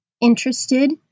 interested